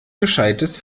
gescheites